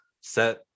set